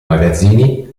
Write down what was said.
magazzini